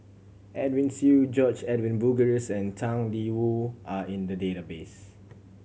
Edwin Siew George Edwin Bogaars and Tang Da Wu are in the database